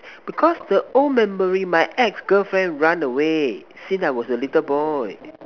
because the old memory my ex girlfriend run away since I was a little boy